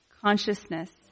consciousness